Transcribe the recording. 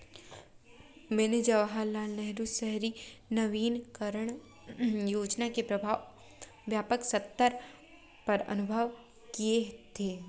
मैंने जवाहरलाल नेहरू शहरी नवीनकरण योजना के प्रभाव व्यापक सत्तर पर अनुभव किये थे